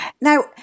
Now